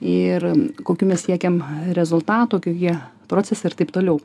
ir kokių mes siekiam rezultatų kokie procesai ir taip toliau